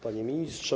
Panie Ministrze!